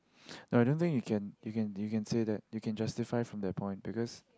no I don't think you can you can you can say that you can justify from their point because